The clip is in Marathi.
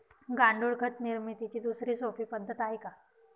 गांडूळ खत निर्मितीची दुसरी सोपी पद्धत आहे का?